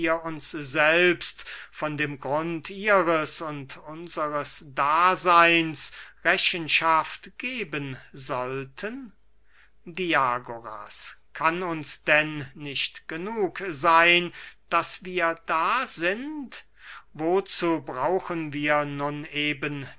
uns selbst von dem grund ihres und unsres daseyns rechenschaft geben sollten diagoras kann uns denn nicht genug seyn daß wir da sind wozu brauchen wir nun eben